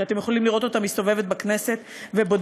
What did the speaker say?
שאתם יכולים לראות אותה מסתובבת בכנסת ובודקת,